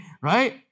right